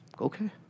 Okay